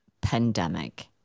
pandemic